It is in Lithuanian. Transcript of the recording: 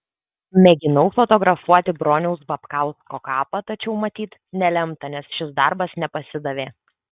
mėginau fotografuoti broniaus babkausko kapą tačiau matyt nelemta nes šis darbas nepasidavė